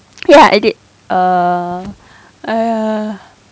ya I did uh !aiya!